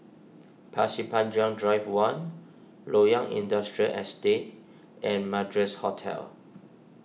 Pasir Panjang Drive one Loyang Industrial Estate and Madras Hotel